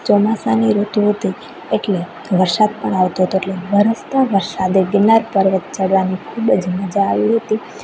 ચોમાસાની ઋતુ હતી એટલે વરસાદ પણ આવતો હતો એટલે વરસતા વરસાદે ગિરનાર પર્વત ચડવાની ખૂબ જ મજા આવી હતી